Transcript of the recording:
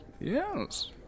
Yes